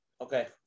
Okay